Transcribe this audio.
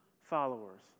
followers